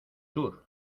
tour